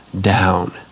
down